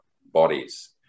bodies